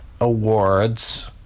Awards